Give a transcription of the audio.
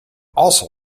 also